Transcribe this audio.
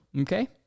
okay